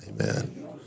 Amen